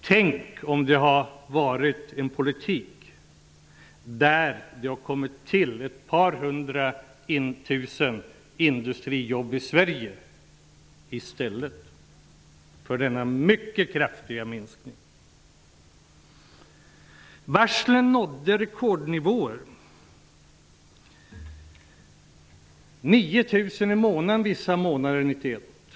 Tänk om det hade förts en politik som hade gjort att ett par hundratusen industrijobb kommit till i Sverige, i stället för denna mycket kraftiga minskning! Varslen nådde rekordnivåer, 9 000 i månaden vissa månader 1991.